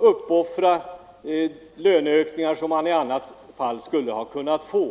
avstå från löneökningar som de i annat fall skulle ha kunnat få.